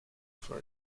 for